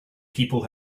people